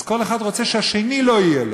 אז כל אחד רוצה שהשני לא יהיה לו,